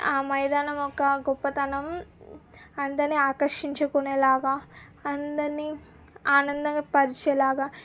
ఆ మైదానం ఒక గొప్పతనం అందరినీ ఆకర్షించుకునేలాగా అందరినీ ఆనందం పరిచేలాగా